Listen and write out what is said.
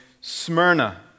Smyrna